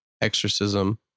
exorcism